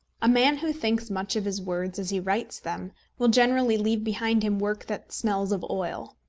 a man who thinks much of his words as he writes them will generally leave behind him work that smells of oil.